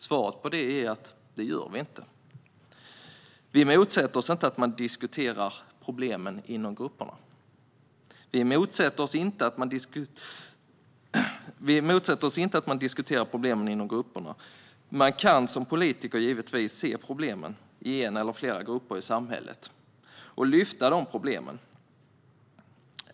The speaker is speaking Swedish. Svaret på det är att vi inte gör det. Vi motsätter oss inte att man diskuterar problemen inom grupperna. Man kan som politiker givetvis se problemen i en eller flera grupper i samhället och lyfta fram dessa problem.